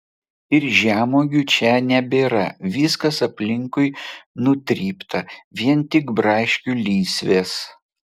ir žemuogių čia nebėra viskas aplinkui nutrypta vien tik braškių lysvės